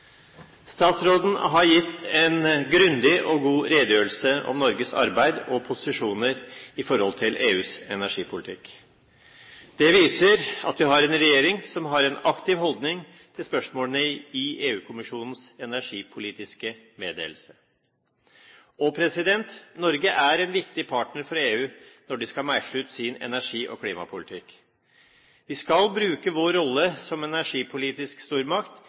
Statsråden har gitt en grundig og god redegjørelse om Norges arbeid og posisjoner i forhold til EUs energipolitikk. Det viser at vi har en regjering som har en aktiv holdning til spørsmålene i EU-kommisjonens energipolitiske meddelelse. Norge er en viktig partner for EU når de skal meisle ut sin energi- og klimapolitikk. Vi skal bruke vår rolle som energipolitisk stormakt